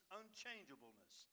unchangeableness